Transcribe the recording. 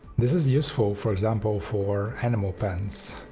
this is useful for example for animal pens.